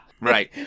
right